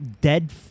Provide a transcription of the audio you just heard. dead